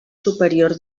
superior